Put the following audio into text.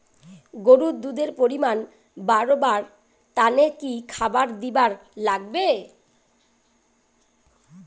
গরুর দুধ এর পরিমাণ বারেবার তানে কি খাবার দিবার লাগবে?